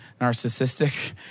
narcissistic